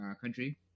country